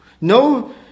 no